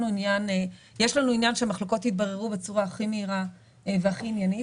עניין שמחלוקות יתבררו בצורה הכי מהירה והכי עניינית.